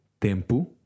tempo